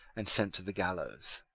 and sent to the gallows.